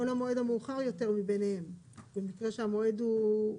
או למועד המאוחר יותר מביניהם, במקרה שהמועד הוא ,